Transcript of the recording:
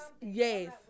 yes